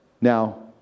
Now